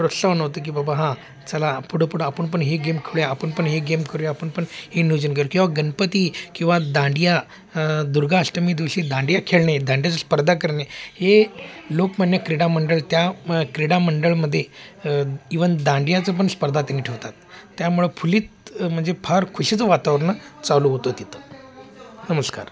प्रोत्साहन होतं की बाबा हां चला पुढं पुढं आपण पण हे गेम खेळूया आपण पण हे गेम करूया आपण पण हे नियोजन करू किंवा गणपती किंवा दांडिया दुर्गाष्टमी दिवशी दांडिया खेळणे दांडियाचा स्पर्धा करणे हे लोकमान्य क्रीडामंडळ त्या म क्रीडामंडळमध्ये इव्हन दांडियाचं पण स्पर्धा तिघं होतात त्यामुळं फुलीत म्हणजे फार खुशीचं वातावरणं चालू होतो तिथं नमस्कार